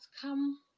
come